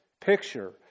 picture